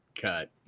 cut